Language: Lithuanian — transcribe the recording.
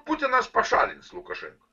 putinas pašalins lukašenką